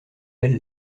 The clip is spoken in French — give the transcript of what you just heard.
bell